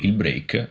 break